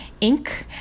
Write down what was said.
Inc